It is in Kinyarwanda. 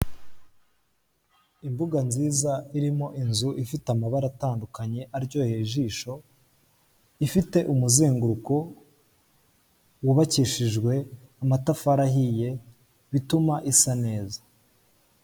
Imbuga nziza irimo inzu ifite amabara atandukanye aryoheye ijisho, ifite umuzenguruko wubakishijwe amatafari ahiye bituma isa neza.